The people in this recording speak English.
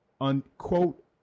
unquote